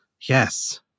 yes